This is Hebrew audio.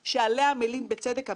אבל אני רוצה להגיד לחברי